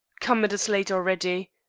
come, it is late already!